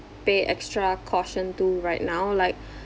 pay extra caution to right now like